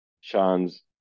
Sean's